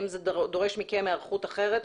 האם זה דורש מכם היערכות אחרת,